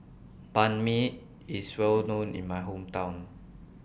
Banh MI IS Well known in My Hometown